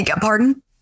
pardon